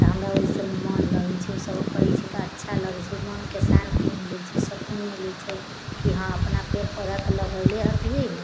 तऽ हमरा ओइ सभमे मोन लगै छै ओ सभ करै छियै तऽ अच्छा लगै छै मोनके शान्ति मिलै छै सुकून मिलै छै कि हम अपना पेड़ पौधा तऽ लगेले हथिन